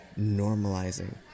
normalizing